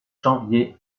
janvier